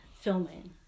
filming